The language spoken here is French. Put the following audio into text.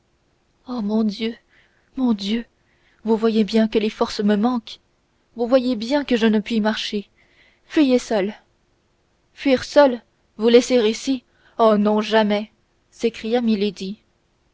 oh mon dieu mon dieu vous voyez bien que les forces me manquent vous voyez bien que je ne puis marcher fuyez seule fuir seule vous laisser ici non non jamais s'écria milady